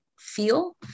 feel